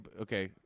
okay